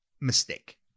mistake